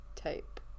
type